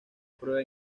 prueba